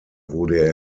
wurde